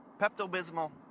Pepto-Bismol